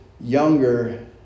younger